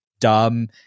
dumb